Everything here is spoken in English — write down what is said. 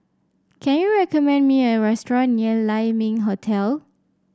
can you recommend me a restaurant near Lai Ming Hotel